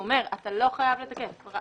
הוא אומר: אתה לא חייב לתקף.